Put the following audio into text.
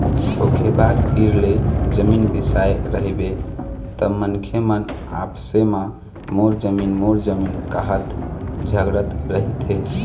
धोखेबाज तीर ले जमीन बिसाए रहिबे त मनखे मन आपसे म मोर जमीन मोर जमीन काहत झगड़त रहिथे